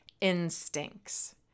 instincts